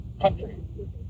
country